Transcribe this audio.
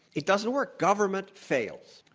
it doesn't work. government fails.